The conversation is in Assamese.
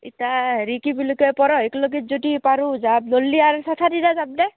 এতিয়া হেৰি কি বুলি কয় পৰহিলৈকে যদি পাৰোঁ যাম নল'লে আৰু চ'থাদিনা যাম দে